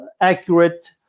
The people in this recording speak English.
accurate